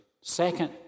Second